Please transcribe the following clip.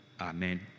Amen